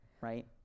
right